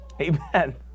Amen